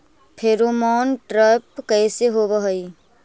Pheromone trap कैसे होब हई?